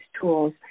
tools